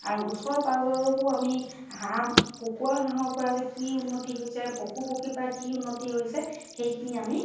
আৰু ওচৰ পাঁজৰকো আমি হাঁহ কুকুৰা হাঁহৰ পৰা যে কি উন্নতি হৈছে পশুপক্ষীৰ পৰা কি উন্নতি হৈছে সেইখিনি আমি